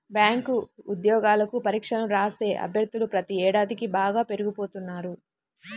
bank ఉద్యోగాలకు పరీక్షలను రాసే అభ్యర్థులు ప్రతి ఏడాదికీ బాగా పెరిగిపోతున్నారు